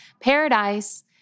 paradise